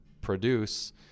produce